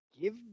Give